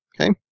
Okay